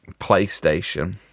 PlayStation